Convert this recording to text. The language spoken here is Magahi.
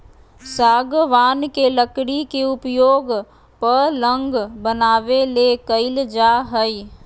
सागवान के लकड़ी के उपयोग पलंग बनाबे ले कईल जा हइ